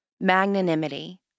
magnanimity